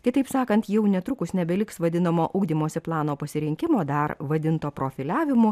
kitaip sakant jau netrukus nebeliks vadinamo ugdymosi plano pasirinkimo dar vadinto profiliavimu